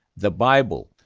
the bible,